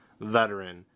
veteran